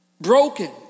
Broken